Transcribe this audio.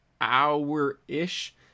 hour-ish